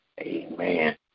Amen